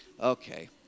okay